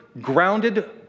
grounded